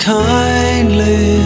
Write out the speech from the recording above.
kindly